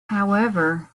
however